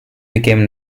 became